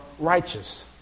righteous